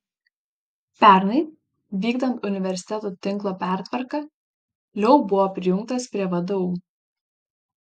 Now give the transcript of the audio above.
pernai vykdant universitetų tinklo pertvarką leu buvo prijungtas prie vdu